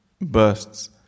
bursts